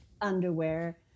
underwear